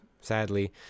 sadly